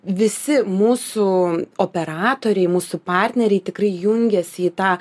visi mūsų operatoriai mūsų partneriai tikrai jungiasi į tą